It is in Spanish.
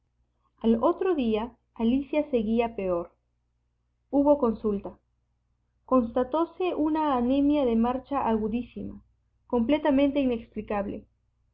al otro día alicia seguía peor hubo consulta constatóse una anemia de marcha agudísima completamente inexplicable